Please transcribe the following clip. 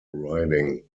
riding